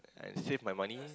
I save my money